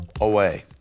away